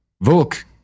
Volk